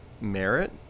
merit